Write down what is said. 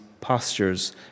postures